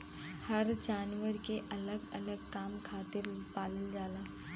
हर जानवर के अलग अलग काम खातिर पालल जाला